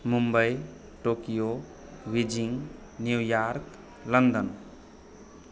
Mumbai Tokyo Beijing New York London